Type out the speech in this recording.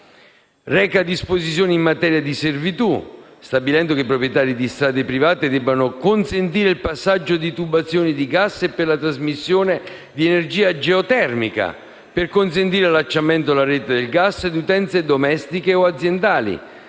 disposizioni in materia di servitù, stabilendo che i proprietari di strade private debbano consentire il passaggio di tubazioni di gas e per la trasmissione di energia geotermica, per consentire l'allacciamento alla rete del gas di utenze domestiche o aziendali.